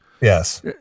Yes